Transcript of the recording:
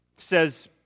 Says